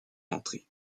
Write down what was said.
entrée